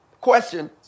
Question